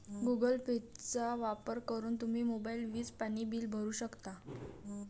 Google पेचा वापर करून तुम्ही मोबाईल, वीज, पाणी बिल भरू शकता